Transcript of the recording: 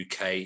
uk